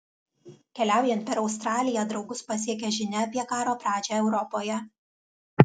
keliaujant per australiją draugus pasiekia žinia apie karo pradžią europoje